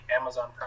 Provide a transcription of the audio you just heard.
Amazon